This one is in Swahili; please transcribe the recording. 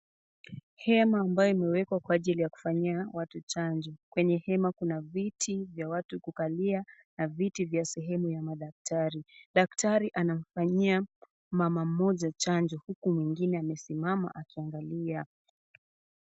Hema ambayo imewekwa kwa ajili ya kufanyia watu chanjo. Kwenye hema una viti vya watu kukalia na viti vya sehemu ya madaktari. Daktari anamfanyia mama mmoja chanjo huku mwengine amesimama akiangalia.